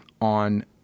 on